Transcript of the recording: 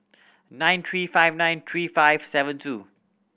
nine three five nine three five seven two